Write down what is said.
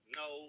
no